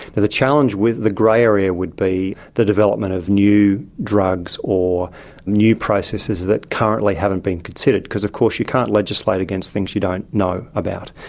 the the challenge with the grey area would be the development of new drugs or new processes that currently haven't been considered, because of course you can't legislate against things you don't know about,